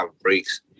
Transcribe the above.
breaks